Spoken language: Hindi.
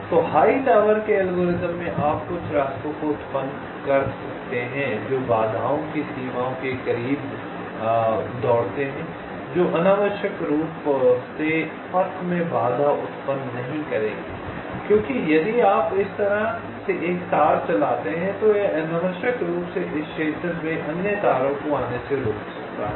तो हाईटावर के एल्गोरिथ्म में आप कुछ रास्तों को उत्पन्न कर सकते हैं जो बाधाओं की सीमाओं के करीब दौड़ते हैं जो अनावश्यक रूप से पथ में बाधा उतपन्न नहीं करेंगे क्योंकि यदि आप इस तरह से एक तार चलाते हैं तो यह अनावश्यक रूप से इस क्षेत्र में अन्य तारों को आने से रोक सकता है